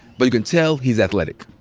but you can tell he's athletic.